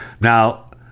now